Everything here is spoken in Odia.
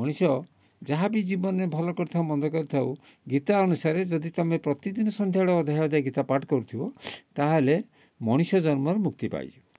ମଣିଷ ଯାହା ବି ଜୀବନରେ ଭଲ କରିଥାଉ ମନ୍ଦ କରିଥାଉ ଗୀତା ଅନୁସାରେ ଯଦି ତମେ ପ୍ରତିଦିନି ସନ୍ଧ୍ୟାଳେ ଅଧାଏ ଅଧାଏ ଗୀତା ପାଠ କରୁଥିବ ତା'ହେଲେ ମଣିଷ ଜନ୍ମର ମୁକ୍ତି ପାଇଯିବ